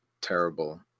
terrible